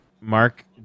mark